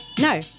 no